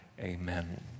amen